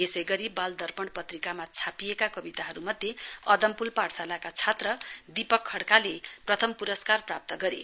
यसै गरी बाल दर्पण पत्रिकामा छापिएका कविताहरू मध्ये अदमपुल पाठशालाका छात्र दीपक खड्काले प्रथम पुरस्कार प्राप्त गरे